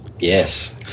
Yes